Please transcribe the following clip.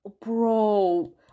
bro